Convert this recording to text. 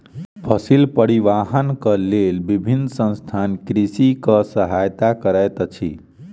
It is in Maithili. फसिल परिवाहनक लेल विभिन्न संसथान कृषकक सहायता करैत अछि